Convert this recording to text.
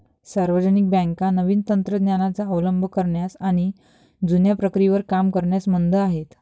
सार्वजनिक बँका नवीन तंत्र ज्ञानाचा अवलंब करण्यास आणि जुन्या प्रक्रियेवर काम करण्यास मंद आहेत